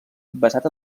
basat